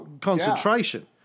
concentration